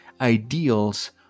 ideals